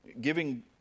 Giving